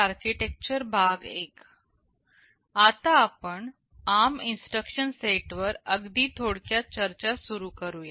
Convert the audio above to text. आता आपण ARM instruction set वर अगदी थोडक्यात चर्चा सुरु करूया